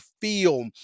feel